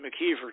McKeever